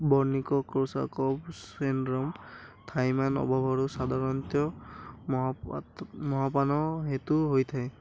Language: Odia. ବର୍ନିକ୍ କୋରସାକୋଫ୍ ସିଣ୍ଡ୍ରୋମ ଥାଇମାନ୍ ଅଭାବରୁ ସାଧାରଣତଃ ମହପାତ ମପାନ ହେତୁ ହୋଇଥାଏ